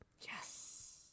Yes